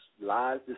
lies